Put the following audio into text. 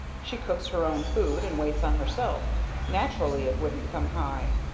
she cooks her own food and waits on herself naturally it wouldn't come high.